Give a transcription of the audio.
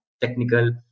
technical